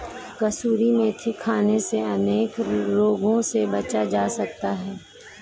कसूरी मेथी खाने से अनेक रोगों से बचा जा सकता है